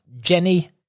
Jenny